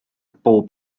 bob